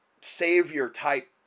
savior-type